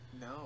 No